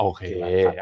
Okay